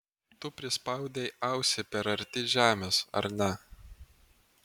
tu prispaudei ausį per arti žemės ar ne